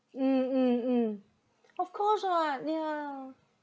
mm mm mm of course [what] yeah